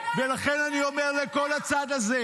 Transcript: --- ולכן אני אומר לכולכם --- בזתי לסרבנים.